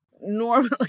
normally